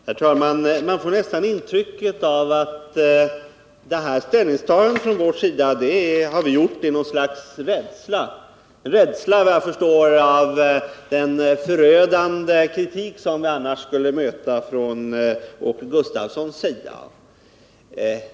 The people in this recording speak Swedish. Herr talman! Man får nästan ett intryck av att vårt ställningstagande har skett i något slags rädsla för den förödande kritik som vi annars skulle ha mött från Åke Gustavsson.